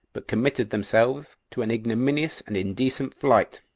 but committed themselves to an ignominious and indecent flight,